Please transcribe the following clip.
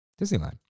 Disneyland